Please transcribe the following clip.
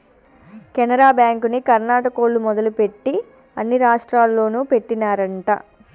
కెనరా బ్యాంకుని కర్ణాటకోల్లు మొదలుపెట్టి అన్ని రాష్టాల్లోనూ పెట్టినారంట